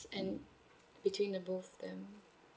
and between the both brand